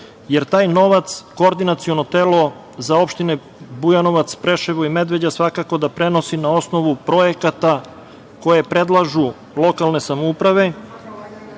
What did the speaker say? jer taj novac Koordinaciono telo za opštine Bujanovac, Preševo i Medveđa svakako da prenosi na osnovu projekata koje predlažu lokalne samouprave.